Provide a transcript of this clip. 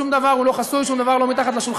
שום דבר הוא לא חסוי, שום דבר הוא לא מתחת לשולחן.